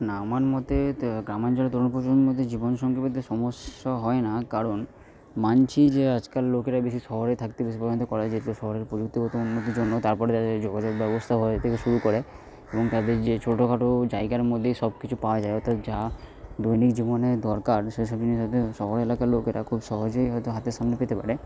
না আমার মতে ত গ্রামাঞ্চলে তরুণ প্রজন্মদের জীবনসঙ্গী বলতে সমস্যা হয় না কারণ মানছি যে আজকাল লোকেরা বেশি শহরে থাকতে বেশি পছন্দ করে যেহেতু শহরের প্রযুক্তিগত উন্নতির জন্য তারপরে তাদের যোগাযোগ ব্যবস্থা থেকে শুরু করে এবং তাদের যে ছোটখাটো জায়গার মধ্যেই সব কিছু পাওয়া যায় অর্থাৎ যা দৈনিক জীবনে দরকার সেগুলি তাদের শহর এলাকার লোকেরা খুব সহজেই হয়তো হাতের সামনে পেতে পারে